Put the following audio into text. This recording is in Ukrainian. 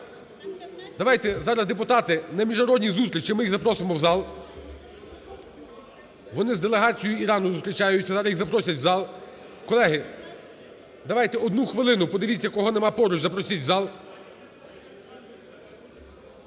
Давайте, зараз депутати на міжнародній зустрічі, ми їх запросимо в зал. Вони з делегацією Ірану зустрічаються, зараз їх запросять в зал. Колеги, давайте одну хвилину, подивіться, кого нема поруч, запросіть в зал.